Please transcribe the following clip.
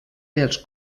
dels